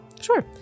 Sure